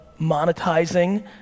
monetizing